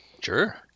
sure